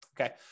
Okay